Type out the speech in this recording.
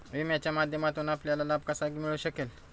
विम्याच्या माध्यमातून आपल्याला लाभ कसा मिळू शकेल?